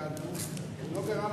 תפקדנו ולא דאגנו